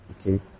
Okay